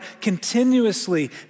continuously